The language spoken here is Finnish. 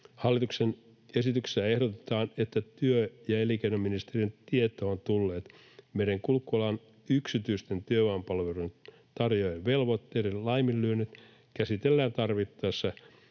Hallituksen esityksessä ehdotetaan, että työ- ja elinkeinoministeriön tietoon tulleet merenkulkualan yksityisten työvoimapalveluiden tarjoajien velvoitteiden laiminlyönnit käsitellään tarvittaessa